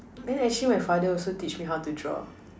then actually my father also teach me how to draw